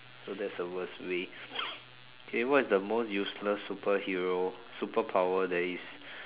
so that's the worst way k what's the most useless superhero superpower that is